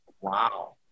wow